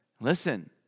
Listen